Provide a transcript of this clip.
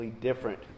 different